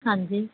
ਹਾਂਜੀ